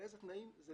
באיזה תנאים הוא יהיה,